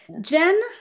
Jen